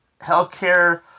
healthcare